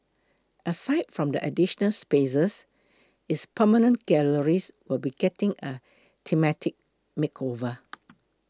aside from the additional spaces its permanent galleries will be getting a thematic makeover